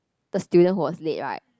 the student who was late right